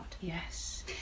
Yes